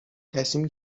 تصمیم